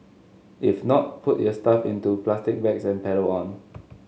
if not put your stuff into plastic bags and pedal on